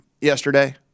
yesterday